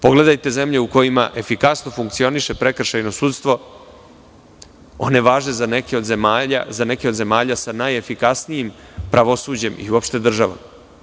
Pogledajte zemlje u kojima efikasno funkcioniše prekršajno sudstvo, one važe za neke od zemalja sa najefikasnijim pravosuđem i uopšte država.